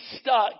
stuck